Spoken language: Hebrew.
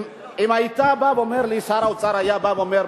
אם שר האוצר היה בא ואומר,